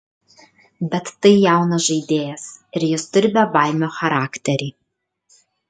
bet tai jaunas žaidėjas ir jis turi bebaimio charakterį